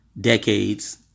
decades